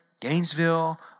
Gainesville